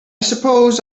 suppose